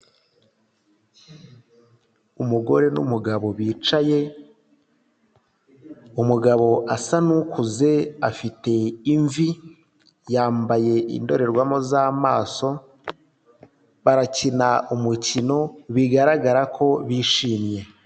Umugore n'umugabo bicaye, umugabo asa n'ukuze afite imvi, yambaye indorerwamo z'amaso, barakina umukino bigaragara ko bishimye.